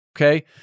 Okay